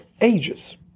ages